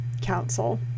council